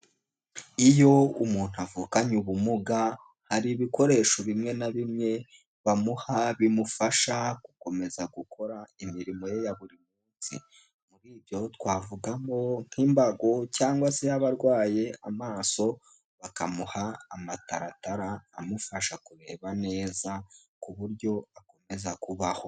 Iyo umuntu avukanye ubumuga hari ibikoresho bimwe na bimwe bamuha bimufasha gukomeza gukora imirimo ye ya buri munsi. Muri ibyo twavugamo nk'imbago cyangwa se yaba arwaye amaso bakamuha amataratara amufasha kureba neza ku buryo akomeza kubaho.